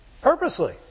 Purposely